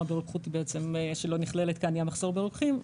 ברוקחות הוא שלא נכללת גם מחסור ברוקחים.